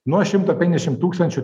nuo šimto penkiasdešim tūkstančių